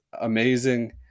amazing